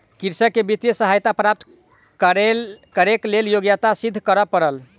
कृषक के वित्तीय सहायता प्राप्त करैक लेल योग्यता सिद्ध करअ पड़ल